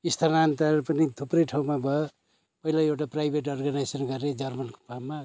स्थानान्तर पनि थुप्रै ठाउँमा भयो पहिला एउटा प्राइभेट अर्गनाइजेसन गरेँ जर्मनको फार्ममा